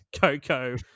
Coco